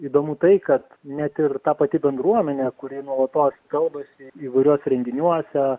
įdomu tai kad net ir ta pati bendruomenė kuri nuolatos kalbasi įvairiuose renginiuose